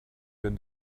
been